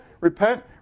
repent